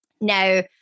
Now